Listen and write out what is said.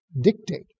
dictate